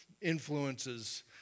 influences